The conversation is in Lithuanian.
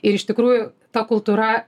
ir iš tikrųjų ta kultūra